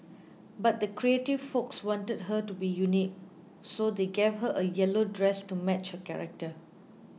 but the creative folks wanted her to be unique so they gave her a yellow dress to match her character